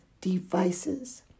devices